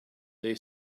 they